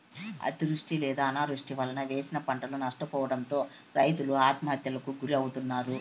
అతివృష్టి లేదా అనావృష్టి వలన వేసిన పంటలు నష్టపోవడంతో రైతులు ఆత్మహత్యలకు గురి అవుతన్నారు